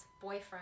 boyfriend